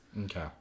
Okay